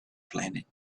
planet